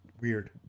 weird